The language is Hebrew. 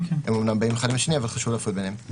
הם אמנם באים אחד אחרי השני אבל חשוב להפריד ביניהם.